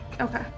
Okay